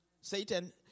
Satan